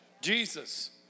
Jesus